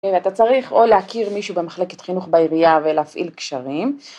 אתה צריך או להכיר מישהו במחלקת חינוך בעירייה ולהפעיל קשרים